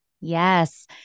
Yes